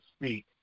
speak